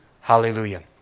Hallelujah